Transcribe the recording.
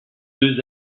deux